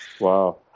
wow